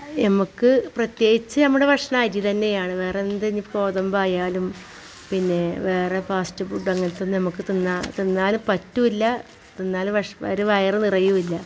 നമുക്ക് പ്രേത്യേകിച്ച് നമ്മുടെ ഭക്ഷണം അരി തന്നെയാണ് വേറെ എന്ത് ഇനി ഗോതമ്പ് ആയാലും പിന്നെ വേറെ ഫാസ്റ്റ് ഫുഡ് അങ്ങനത്തെ ഒന്ന് നമുക്ക് തിന്നാം തിന്നാലും പറ്റുകയില്ല തിന്നാലും വിശപ്പ് ഒരു വയറ് നിറയുകയും ഇല്ല